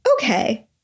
okay